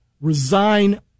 resign